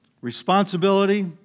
responsibility